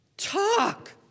Talk